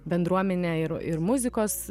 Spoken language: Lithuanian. bendruomene ir ir muzikos